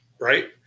right